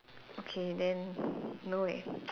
okay then know leh